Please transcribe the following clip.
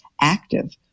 active